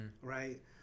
right